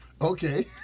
Okay